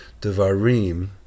Devarim